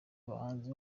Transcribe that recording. abahanzi